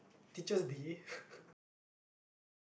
teachers day like once